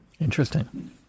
Interesting